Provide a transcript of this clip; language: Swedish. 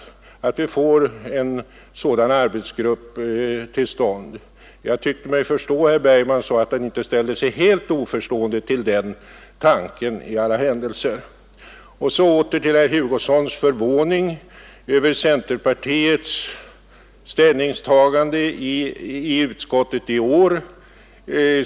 Jag tyckte mig förstå av vad herr Bergman sade att han i alla händelser inte ställde sig helt oförstående inför den tanken. Så åter till herr Hugossons förvåning över centerpartiets ställningstagande i utskottet i år.